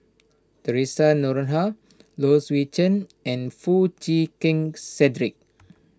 theresa Noronha Low Swee Chen and Foo Chee Keng Cedric